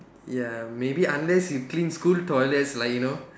ya maybe unless you clean school toilets lah you know